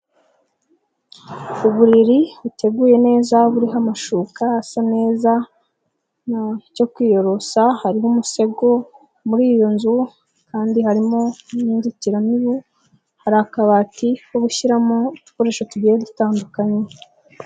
Uburiri buteguye neza buriho amashuka asa neza, n'icyo kwiyorosa hariho umusego, muri iyo nzu kandi harimo n'inzitiramibu hari akabati ko gushyiramo udukoresho tugiye dutandukanye.